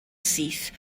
syth